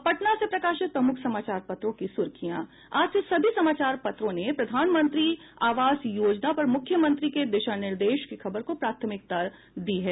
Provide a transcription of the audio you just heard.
अब पटना से प्रकाशित प्रमुख समाचार पत्रों की सुर्खियां आज के सभी समाचार पत्रों ने प्रधानमंत्री आवास योजना पर मुख्यमंत्री के दिशा निर्देश की खबर को प्रमुखता से प्रकाशित किया है